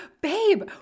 babe